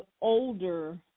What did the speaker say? older